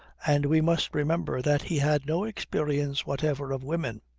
and we must remember that he had no experience whatever of women.